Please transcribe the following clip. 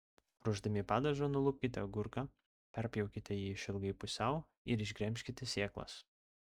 ruošdami padažą nulupkite agurką perpjaukite jį išilgai pusiau ir išgremžkite sėklas